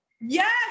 Yes